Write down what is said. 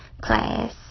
class